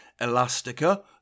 Elastica